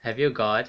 have you gone